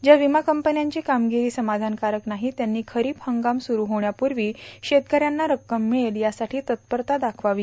ज्या विमा कंपन्यांची कामगिरी समाधानकारक नाही त्यांनी खरीप हंगाम सुरू होण्यापूर्वी शेतकऱ्यांना रक्कम मिळेल यासाठी तत्परता दाखवावी